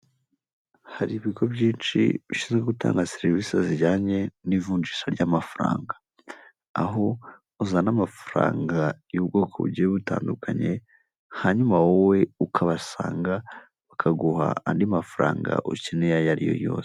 Hari ibigo byinshi bishinzwe gutanga serivisi zijyanye n'ivunjisha ry'amafaranga, aho uzana amafaranga y'ubwoko bugiye butandukanye, hanyuma wowe ukabasanga bakaguha andi mafaranga ukeneye ayo ariyo yose.